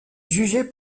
jugé